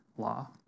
law